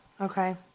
Okay